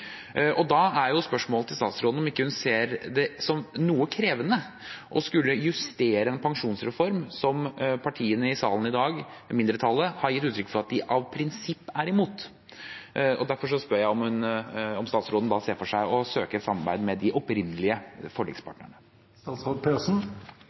og Høyre. Da er spørsmålet til statsråden om hun ikke ser det som noe krevende å skulle justere en pensjonsreform som partiene i salen i dag – mindretallet – har gitt uttrykk for at de av prinsipp er imot. Derfor spør jeg om statsråden ser for seg å søke et samarbeid med de opprinnelige